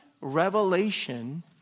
revelation